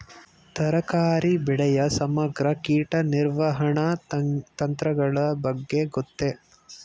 ತರಕಾರಿ ಬೆಳೆಯ ಸಮಗ್ರ ಕೀಟ ನಿರ್ವಹಣಾ ತಂತ್ರಗಳ ಬಗ್ಗೆ ಗೊತ್ತೇ?